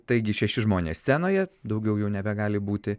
taigi šeši žmonės scenoje daugiau jau nebegali būti